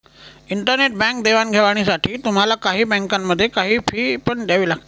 internet bank देवाणघेवाणीसाठी तुम्हाला काही बँकांमध्ये, काही फी पण द्यावी लागते